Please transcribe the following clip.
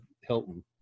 hilton